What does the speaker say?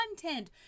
content